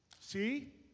See